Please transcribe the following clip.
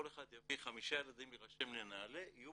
כל אחד יביא חמישה ילדים להירשם לנעל"ה יהיו